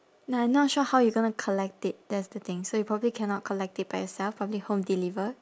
n~ I'm not sure how you gonna collect it that's the thing so you probably cannot collect it by yourself probably home deliver